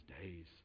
days